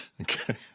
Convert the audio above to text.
Okay